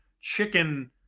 chicken